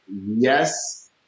yes